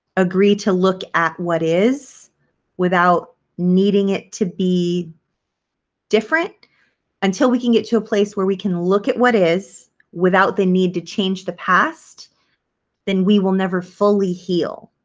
agree to look at what is without needing it to be different until we can get to a place where we can look at what is without the need to change the past then we will never fully heal.